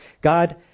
God